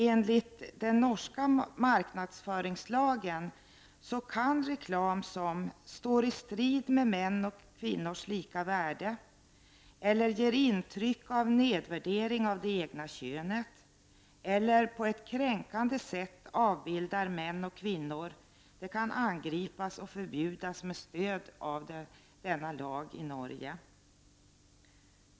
Enligt den norska marknadsföringslagen kan reklam som står i strid med mäns och kvinnors lika värde, gör intryck av nedvärdering av det ena könet eller på ett kränkande sätt avbildar män och kvinnor angripas och förbjudas med stöd av denna lag.